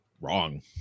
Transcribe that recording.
wrong